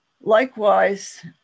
Likewise